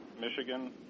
Michigan